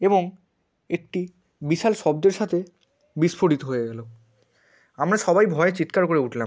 এবং একটি বিশাল শব্দের সাথে বিস্ফোরিত হয়ে গেল আমরা সবাই ভয়ে চিৎকার করে উঠলাম